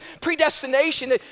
predestination